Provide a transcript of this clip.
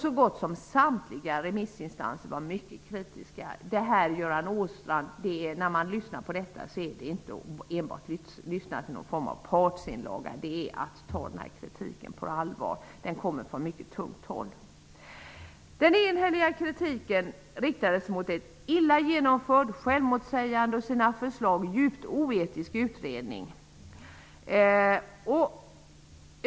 Så gott som samtliga remissinstanser var mycket kritiska. Det rör sig inte om någon form av partsinlaga, Göran Åstrand. Man bör ta denna kritik på allvar, eftersom den kommer ifrån ett mycket tungt håll. Den enhälliga kritiken riktades mot en illa genomförd, självmotsägande och genom sina förslag djupt oetisk utredning.